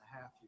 half